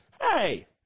hey